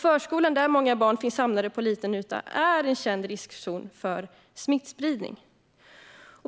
Förskolan, där många barn finns samlade på liten yta, är en känd riskzon för smittspridning.